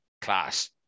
class